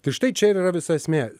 tai štai čia ir yra visa esmė